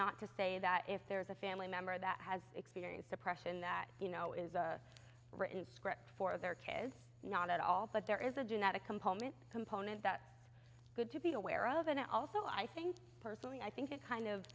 not to say that if there's a family member that has experienced depression that you know is a written script for their kids not at all but there is a genetic component component that's good to be aware of and also i think personally i think it kind of